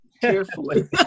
carefully